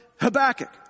Habakkuk